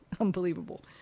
unbelievable